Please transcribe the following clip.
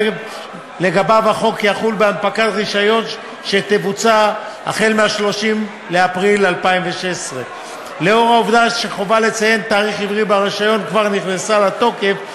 לגביו החוק יחול בהנפקת רישיון שתבוצע החל מ-30 באפריל 2016. לאור העובדה שהחובה לציין תאריך עברי ברישיון כבר נכנסה לתוקף,